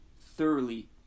thoroughly